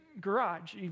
garage